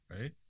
right